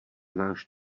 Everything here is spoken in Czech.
náš